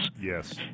Yes